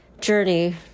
journey